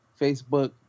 Facebook